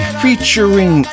featuring